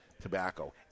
tobacco